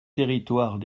territoires